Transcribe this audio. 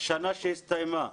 השנה שהסתיימה.